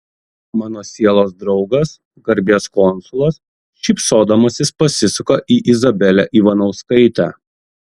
mano sielos draugas garbės konsulas šypsodamasis pasisuka į izabelę ivanauskaitę